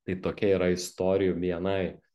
tai tokia yra istorijų bni